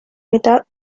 mitad